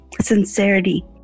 sincerity